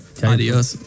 Adios